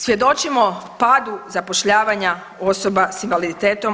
Svjedočimo padu zapošljavanja osoba sa invaliditetom.